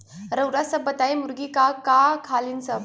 रउआ सभ बताई मुर्गी का का खालीन सब?